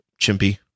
Chimpy